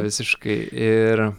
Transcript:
visiškai ir